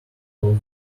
all